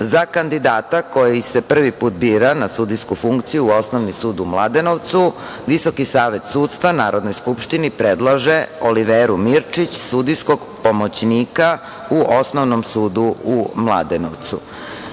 za kandidata koji se prvi put bira na sudijsku funkciju u Osnovni sud u Mladenovcu VSS Narodnoj skupštini predlaže Oliveru Mirčić, sudijskog pomoćnika u Osnovnom sudu u Mladenovcu. Takođe